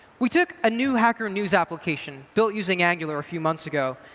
we took a new hacker news application, built using angular a few months ago,